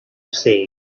say